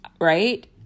Right